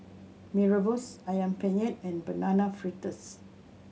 Mee Rebus Ayam Penyet and Banana Fritters